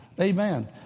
Amen